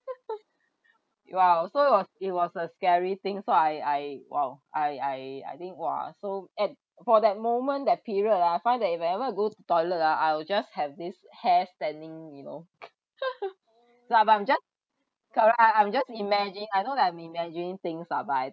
!wow! so was it was a scary thing so I I !wow! I I I think !wah! so at for that moment that period ah I find that if I ever go to toilet ah I'll just have this hair standing you know lah but I'm just correct I'm just imagine I know that I'm imagining things lah but I